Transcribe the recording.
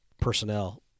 personnel